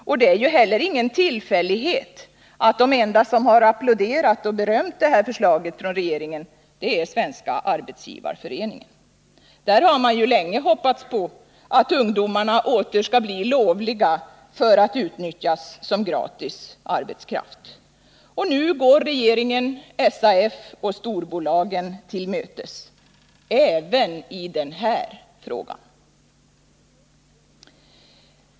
Och det är inte heller någon tillfällighet att de enda som applåderat och berömt regeringens förslag är Svenska arbetsgivareföreningen. Där har man länge hoppats på att ungdomarna åter skall bli lovliga för att utnyttjas som gratis arbetskraft. Och nu går regeringen SAF och storbolagen till mötes, även i den här frågan.